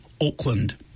Auckland